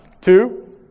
two